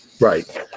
Right